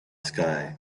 sky